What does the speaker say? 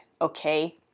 Okay